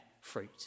fruit